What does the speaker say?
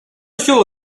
осел